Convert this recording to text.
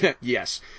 yes